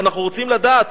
אנחנו רוצים לדעת.